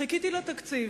חיכיתי לתקציב,